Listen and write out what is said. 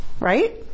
right